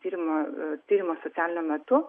tyrimo tyrimo socialiniu metu